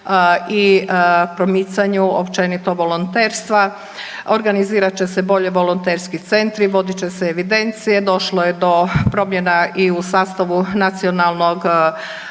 i promicanju općenito volonterstva, organizirat će se bolje volonterski centri, vodit će se evidencije, došlo je do promjena i u sastavu Nacionalnog odbora